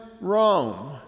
Rome